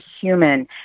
human